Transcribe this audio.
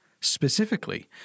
Specifically